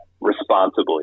responsibly